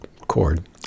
cord